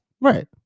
Right